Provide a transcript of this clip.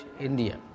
India